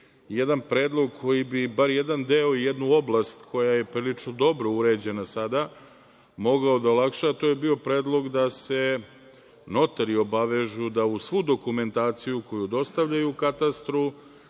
jedan predlog koji bi bar jedan deo, jednu oblast koja je prilično dobro uređena sada mogao da olakša, to je bio predlog da se notari obavežu da uz svu dokumentaciju koju dostavljaju katastru